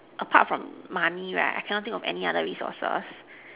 apart from money right I cannot think of any other resources